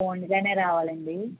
own గానే రావాలండి